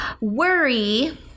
Worry